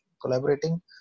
collaborating